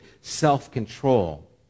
self-control